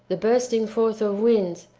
the bursting forth of winds,